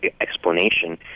explanation